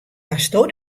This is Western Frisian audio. asto